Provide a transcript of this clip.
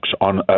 on